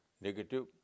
negative